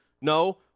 No